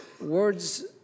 words